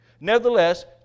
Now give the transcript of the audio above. Nevertheless